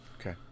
Okay